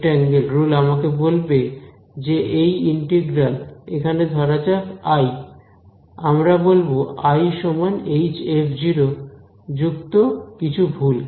rectangle rule আমাকে বলবে যে এই ইন্টিগ্রাল এখানে ধরা যাক I আমরা বলব I hf যুক্ত কিছু ভুল